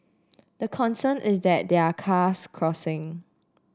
the concern is that there are cars crossing